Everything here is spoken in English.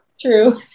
True